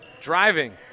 Driving